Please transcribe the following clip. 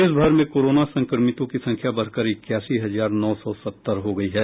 देश भर में कोरोना संक्रमितों की संख्या बढकर इक्यासी हजार नौ सौ सत्तर हो गयी है